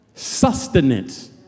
sustenance